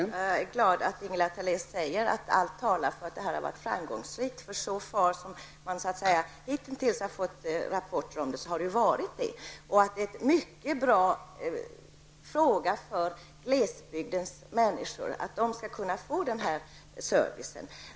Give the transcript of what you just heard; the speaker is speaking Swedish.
Herr talman! Jag är glad för att Ingela Thalén säger att allt talar för att försöket har varit framgångsrikt. De rapporter som hitintills har kommit fram har visat på det. Det är bra för människorna i glesbygden att kunna få denna service.